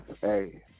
Hey